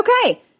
Okay